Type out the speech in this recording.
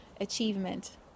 achievement